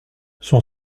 son